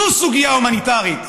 זו סוגיה הומניטרית,